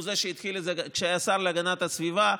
הוא זה שהתחיל את זה כשהיה השר להגנת הסביבה.